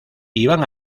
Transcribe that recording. iván